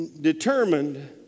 determined